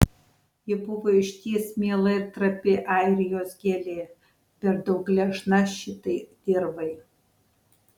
ji buvo išties miela ir trapi airijos gėlė per daug gležna šitai dirvai